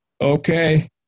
okay